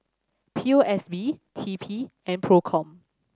P O S B T P and Procom